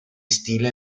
stile